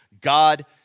God